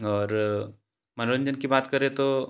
और मनोरंजन की बात करें तो